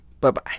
Bye-bye